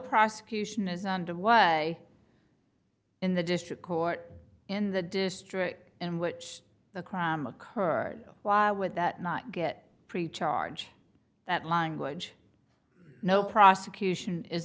prosecution is in the district court in the district in which the crime occurred why would that not get pre charge that language no prosecution is